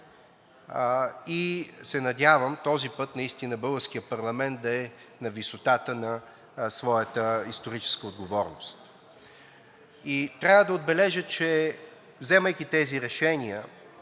и се надявам този път наистина българският парламент да е на висотата на своята историческа отговорност. И трябва да отбележа, че вземайки тези решения,